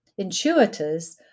Intuitors